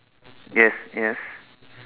yes yes